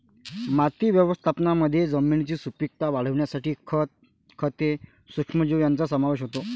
माती व्यवस्थापनामध्ये जमिनीची सुपीकता वाढवण्यासाठी खत, खते, सूक्ष्मजीव यांचा समावेश होतो